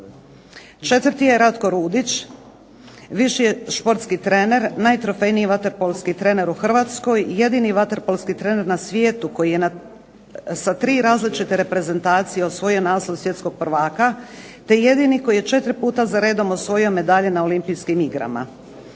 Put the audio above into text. Četvrti je Ratko Rudić, viši športski trener, najtrofejniji vaterpolski trener u Hrvatskoj, jedini vaterpolski trener na svijetu koji je sa tri različite reprezentacije osvojio naslov svjetskog prvaka, te jedini koji je četiri puta zaredom osvojio medalje na olimpijskim igrama.